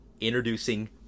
Introducing